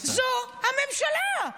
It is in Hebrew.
זה הממשלה.